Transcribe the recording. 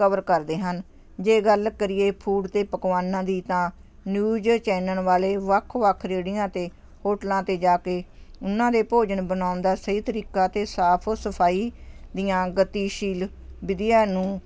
cover ਕਰਦੇ ਹਨ ਜੇ ਗੱਲ ਕਰੀਏ ਫੂਡ ਅਤੇ ਪਕਵਾਨਾਂ ਦੀ ਤਾਂ ਨਿਊਜ ਚੈਨਲ ਵਾਲੇ ਵੱਖ ਵੱਖ ਰੇਹੜੀਆਂ ਅਤੇ ਹੋਟਲਾਂ 'ਤੇ ਜਾ ਕੇ ਉਹਨਾਂ ਦੇ ਭੋਜਨ ਬਣਾਉਣ ਦਾ ਸਹੀ ਤਰੀਕਾ ਅਤੇ ਸਾਫ਼ ਸਫਾਈ ਦੀਆਂ ਗਤੀਸ਼ੀਲ ਵਿਧੀਆਂ ਨੂੰ